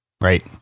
Right